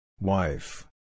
Wife